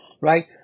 right